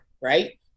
right